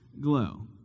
glow